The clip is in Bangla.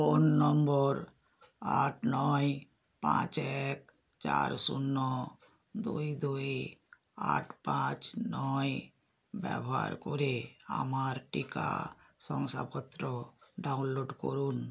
ফোন নম্বর আট নয় পাঁচ এক চার শূন্য দুই দুই আট পাঁচ নয় ব্যবহার করে আমার টিকা শংসাপত্র ডাউনলোড করুন